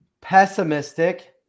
Pessimistic